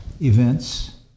events